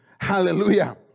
hallelujah